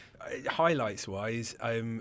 Highlights-wise